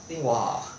!wah!